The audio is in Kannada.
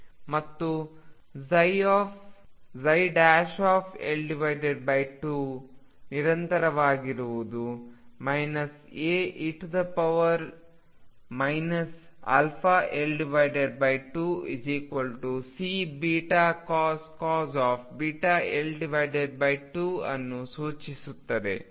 ಮತ್ತು L2ನಿರಂತರವಾಗಿರುವುದು A e αL2C βcos βL2 ಅನ್ನು ಸೂಚಿಸುತ್ತದೆ